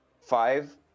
five